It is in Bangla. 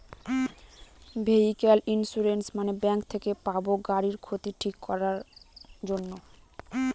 ভেহিক্যাল ইন্সুরেন্স মানে ব্যাঙ্ক থেকে পাবো গাড়ির ক্ষতি ঠিক করাক জন্যে